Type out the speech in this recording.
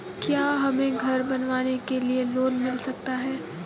क्या हमें घर बनवाने के लिए लोन मिल सकता है?